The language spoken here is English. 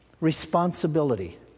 responsibility